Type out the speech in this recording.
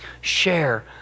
Share